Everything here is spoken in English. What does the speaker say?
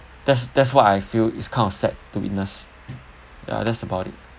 that's that's what I feel is kind of sad to witness ya that's about it